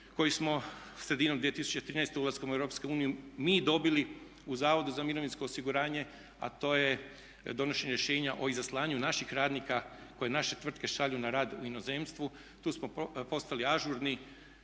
koji smo sredinom 2013.ulaskom u EU mi dobili u Zavodu za mirovinsko osiguranje a to je donošenje rješenja o izaslanju naših radnika koje naše tvrtke šalju na rad u inozemstvo. Tu smo postali ažurni